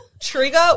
Trigger